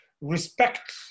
respect